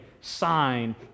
sign